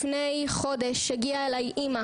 לפני חודש הגיעה אליי אימא